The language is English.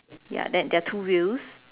ya then there are two wheels